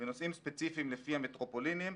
ונושאים ספציפיים לפי המטרופלינים: